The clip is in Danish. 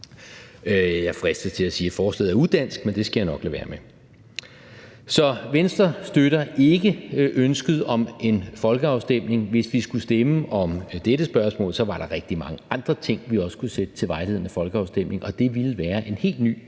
Jeg fristes til at sige, at forslaget er udansk, men det skal jeg nok lade være med. Så Venstre støtter ikke ønsket om en folkeafstemning. Hvis vi skulle stemme om dette spørgsmål, var der rigtig mange andre ting, vi også skulle sætte til vejledende folkeafstemning, og det ville være en helt ny